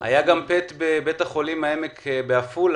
היה PET-CT גם בבית החולים העמק בעפולה,